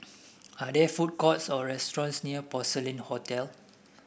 are there food courts or restaurants near Porcelain Hotel